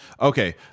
okay